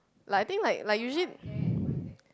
like I think like like usually